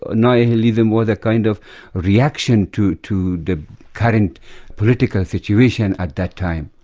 ah nihilism was a kind of reaction to to the current political situation at that time.